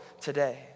today